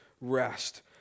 rest